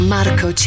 Marco